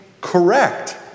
correct